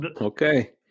Okay